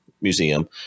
museum